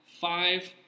Five